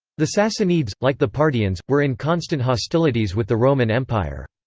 the sassanids, like the parthians, were in constant hostilities with the roman empire.